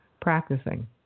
practicing